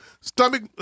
stomach